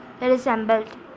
resembled